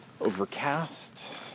Overcast